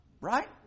Right